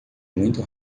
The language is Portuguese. muito